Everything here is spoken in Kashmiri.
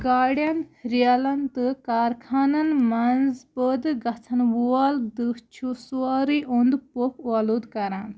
گاڑٮ۪ن ریلَن تہٕ کارخانَن منٛز پٲدٕ گژھن وول دُہ چھُ سورُے اوٚنٛد پوٚک اولوٗد کَران